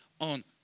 on